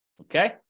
Okay